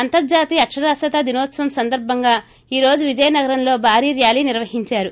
అంతర్జాతీయ అక్షరాస్నతా దినోత్సవం సందర్భంగా ఈ రోజు విజయనగరంలో భారీ ర్వాల్ నిర్వహించారు